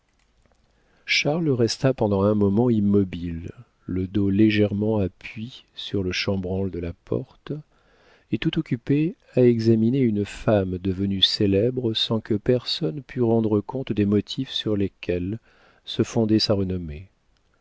charles resta pendant un moment immobile le dos légèrement appuyé sur le chambranle de la porte et tout occupé à examiner une femme devenue célèbre sans que personne pût rendre compte des motifs sur lesquels se fondait sa renommée